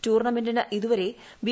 ടൂർണമെന്റിന് ഇതുവരെ ബി